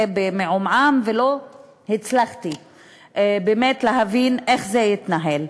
במעומעם ולא הצלחתי באמת להבין איך זה יתנהל.